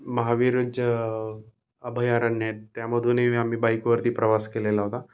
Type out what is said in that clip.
महावीरज अभयारण्य आहे त्यामधूनही आम्ही बाईकवरती प्रवास केलेला होता